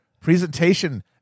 presentation